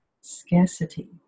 scarcity